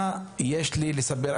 מה יש לי לספר?